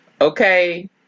okay